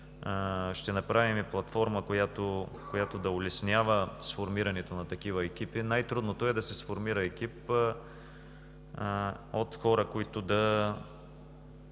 Ще направим и платформа, която да улеснява сформирането на такива екипи. Най-трудното е да се сформира екип от хора, които да